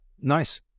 Nice